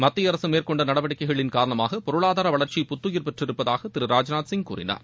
மத்திய அரசு மேற்கொண்ட நடவடிக்கைகள் காரணமாக பொருளாதார வளர்ச்சி புத்தயிர் பெற்றிருப்பதாக திரு ராஜ்நாத் சிங் கூறினார்